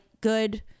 good